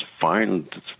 find